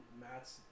Matt's